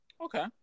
Okay